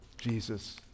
Jesus